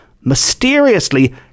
mysteriously